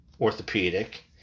orthopedic